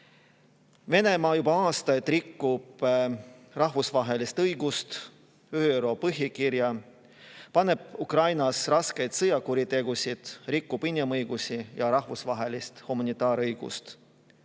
rikub juba aastaid rahvusvahelist õigust, ÜRO põhikirja, paneb Ukrainas toime raskeid sõjakuritegusid ning rikub inimõigusi ja rahvusvahelist humanitaarõigust.